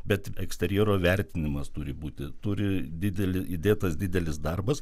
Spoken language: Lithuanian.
bet eksterjero vertinimas turi būti turi didelį įdėtas didelis darbas